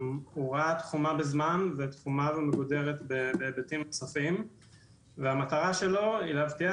הוראה תחומה בזמן ותחומה ומגודרת בהיבטים נוספים והמטרה שלו היא להבטיח